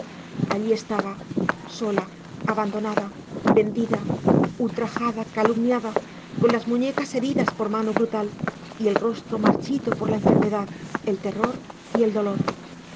allí estaba sola abandonada vendida ultrajada calumniada con las muñecas heridas por mano brutal y el rostro marchito por la enfermedad el terror y el dolor